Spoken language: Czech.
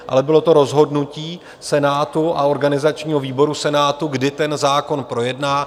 Ale bylo to rozhodnutí Senátu a organizačního výboru Senátu, kdy ten zákon projedná.